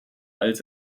als